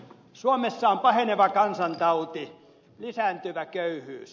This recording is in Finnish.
suomessa on paheneva kansantauti lisääntyvä köyhyys